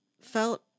felt